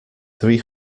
three